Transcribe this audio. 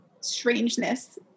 strangeness